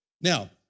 Now